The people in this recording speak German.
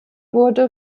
wurde